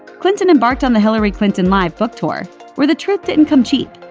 clinton embarked on the hillary clinton live book tour where the truth didn't come cheap.